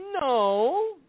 No